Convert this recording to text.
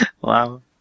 Wow